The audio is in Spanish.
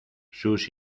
sus